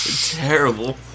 terrible